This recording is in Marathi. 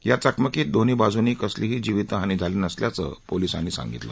या चकमकीत दोन्ही बाजूनी कसलीही जिवीत हानी झाली नसल्याचं पोलिसांनी सांगितलं